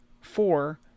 four